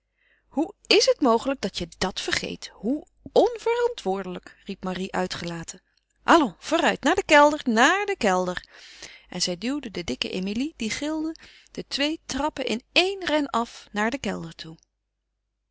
hoe is het mogelijk dat je dat vergeet hoe onverantwoordelijk riep marie uitgelaten allons vooruit naar den kelder naar den kelder en zij duwde de dikke emilie die gilde de twee trappen in éen ren af naar den kelder toe